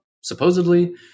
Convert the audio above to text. supposedly